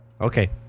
Okay